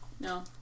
No